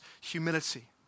humility